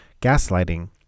gaslighting